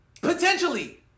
Potentially